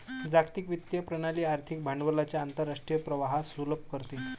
जागतिक वित्तीय प्रणाली आर्थिक भांडवलाच्या आंतरराष्ट्रीय प्रवाहास सुलभ करते